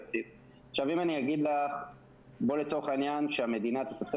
אם אני אגיד לך פה לצורך העניין שהמדינה תתקצב